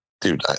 dude